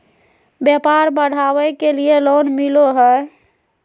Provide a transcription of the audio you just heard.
व्यापार बढ़ावे के लिए लोन मिलो है?